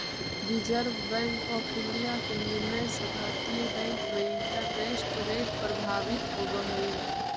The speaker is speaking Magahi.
रिजर्व बैंक ऑफ इंडिया के निर्णय से भारतीय बैंक में इंटरेस्ट रेट प्रभावित होवऽ हई